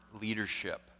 leadership